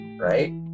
right